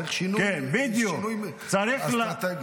צריך שינוי אסטרטגי, שינוי מחשבתי.